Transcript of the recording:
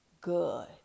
good